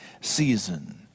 season